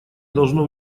должно